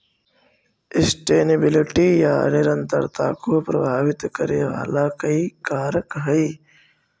sustainability या निरंतरता को प्रभावित करे वाला कई कारक हई